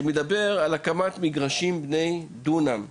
שמדבר על הקמת מגרשים בגודל דונם,